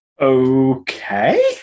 Okay